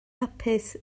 hapus